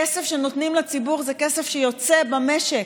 כסף שנותנים לציבור זה כסף שיוצא במשק.